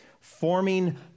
forming